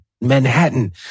Manhattan